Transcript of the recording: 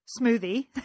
smoothie